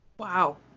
Wow